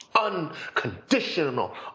unconditional